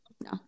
No